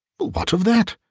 what of that?